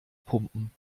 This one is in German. pumpen